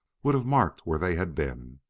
would have marked where they had been.